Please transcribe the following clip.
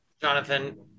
Jonathan